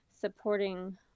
supporting